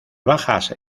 bajas